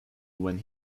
when